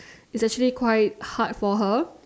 is actually quite hard for her